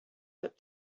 that